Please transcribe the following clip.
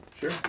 sure